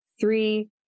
three